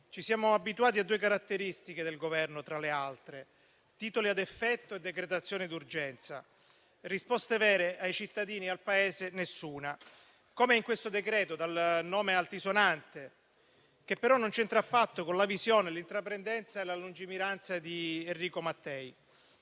ci siamo abituati a due caratteristiche del Governo, tra le altre: titoli ad effetto e decretazione d'urgenza; risposte vere ai cittadini e al Paese: nessuna. Come in questo decreto, dal nome altisonante, che però non c'entra affatto con la visione, l'intraprendenza e la lungimiranza di Enrico Mattei.